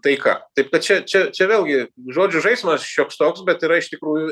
taika taip kad čia čia čia vėlgi žodžių žaismas šioks toks bet yra iš tikrųjų